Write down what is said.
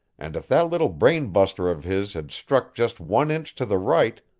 and if that little brain-buster of his had struck just one inch to the right,